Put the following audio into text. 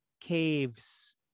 Caves